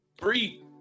three